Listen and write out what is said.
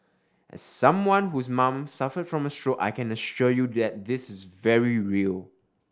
as someone whose mom suffered from a stroke I can assure you that this is very real